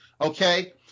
okay